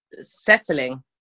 settling